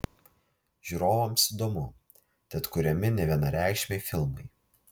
žiūrovams įdomu tad kuriami nevienareikšmiai filmai